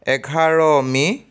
এঘাৰ মে'